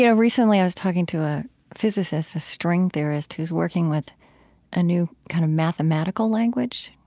you know recently, i was talking to a physicist, a string theorist who's working with a new kind of mathematical language.